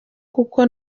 kuko